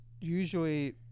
usually